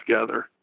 together